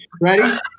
ready